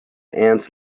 ants